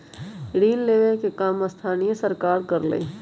ऋण लेवे के काम स्थानीय सरकार करअलई